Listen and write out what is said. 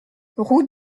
route